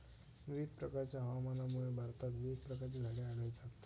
विविध प्रकारच्या हवामानामुळे भारतात विविध प्रकारची झाडे आढळतात